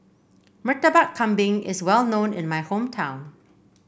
Murtabak Kambing is well known in my hometown